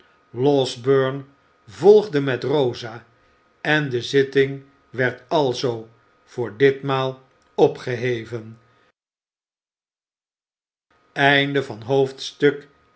losberne volgde met rosa en de zitting werd alzoo voor ditmaal opgeheven